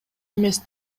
эмес